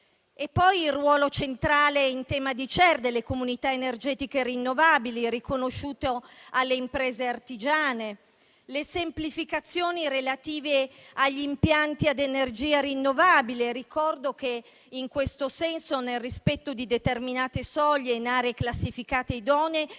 poi il ruolo centrale delle comunità energetiche rinnovabili (CER), riconosciuto alle imprese artigiane, e le semplificazioni relative agli impianti a energia rinnovabile. Ricordo in questo senso, nel rispetto di determinate soglie in aree classificate idonee,